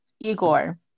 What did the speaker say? Igor